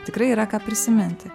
tikrai yra ką prisiminti